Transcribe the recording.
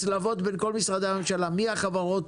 הצלבות בין כל משרדי הממשלה לבדוק מי החברות